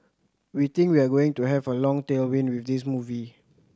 we think we are going to have a long tailwind with this movie